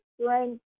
strength